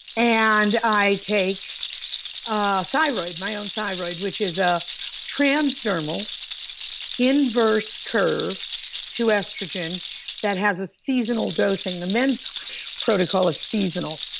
and i take ah thyroid, my own thyroid which is a transdermal inverse curve to estrogen that has a seasonal dosing. the men's protocol is seasonal,